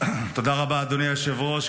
תודה רבה, אדוני היושב-ראש.